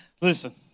Listen